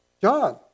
John